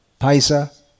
paisa